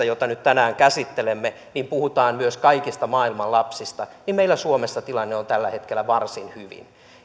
jota nyt tänään käsittelemme puhutaan myös kaikista maailman lapsista niin meillä suomessa tilanne on tällä hetkellä varsin hyvin